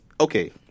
okay